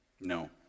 No